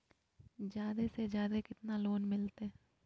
जादे से जादे कितना लोन मिलते?